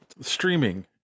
streaming